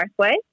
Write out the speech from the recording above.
Northway